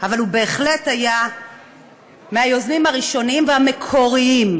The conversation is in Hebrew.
אבל הוא בהחלט היה מהיוזמים הראשונים והמקוריים.